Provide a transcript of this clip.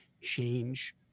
change